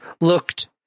looked